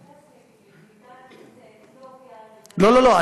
השר התייחס, ליוצאי אתיופיה, לא, לא.